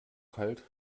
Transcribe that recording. kalt